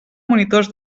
monitors